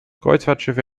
kreuzfahrtschiffe